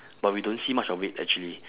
but we don't see much of it actually